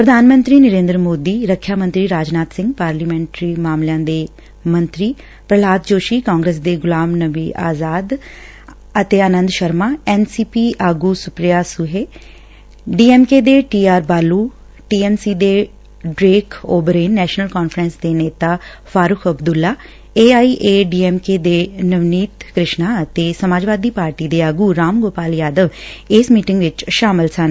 ਪ੍ਰਧਾਨ ਮੰਤਰੀ ਨਰੇਂਦਰ ਮੋਦੀ ਰੱਖਿਆ ਮੰਤਰੀ ਰਾਜਨਾਬ ਸਿੰਘ ਪਾਰਲੀਮੈਂਟਰੀ ਮਾਮਲਿਆਂ ਬਾਰੇ ਮੰਤਰੀ ਪ੍ਹਹਲਾਦ ਜੋਸ਼ੀ ਕਾਂਗਰਸ ਦੇ ਗੁਲਾਮ ਨਬੀ ਆਜ਼ਾਦ ਅਤੇ Anand Sharma N C P ਆਗੁ Supriya Sule D M K ਦੇ T R Baalu T M C ਦੇ Derek O'Brien National Conference ਦੇ ਨੇਤਾ ਫਾਰੁਕ ਅਬਦੁਲਾ ਦੇ ਨਵਨੀਤ ਕਿਸ਼ਨਾ ਅਤੇ ਸਮਾਜਵਾਦੀ ਪਾਰਟੀ ਦੇ ਆਗੁ ਰਾਮ ਗੋਪਾਲ ਯਾਦਵ ਇਸ ਮੀਟਿੰਗ ਵਿਚ ਸ਼ਾਮਲ ਸਨ